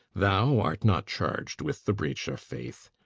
thou art not charged with the breach of faith.